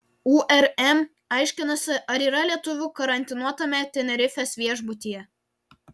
urm aiškinasi ar yra lietuvių karantinuotame tenerifės viešbutyje